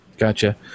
Gotcha